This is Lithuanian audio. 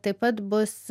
taip pat bus